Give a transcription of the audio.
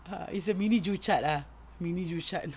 ah it's a mini Joo Chiat ah mini Joo Chiat